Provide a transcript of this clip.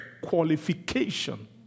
qualification